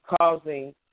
causing